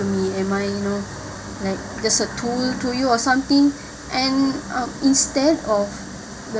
to me and my you know like just a tool to to you or something and um instead of